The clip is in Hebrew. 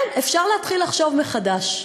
כן, אפשר להתחיל לחשוב מחדש.